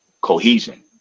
cohesion